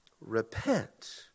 Repent